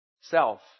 self